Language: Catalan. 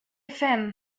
fem